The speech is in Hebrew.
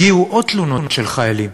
הגיעו עוד תלונות של חיילים,